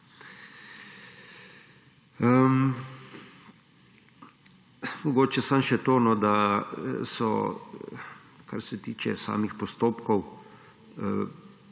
Mogoče samo še to, da so, kar se tiče samih postopkov